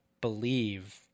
believe